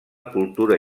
cultura